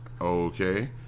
okay